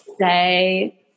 say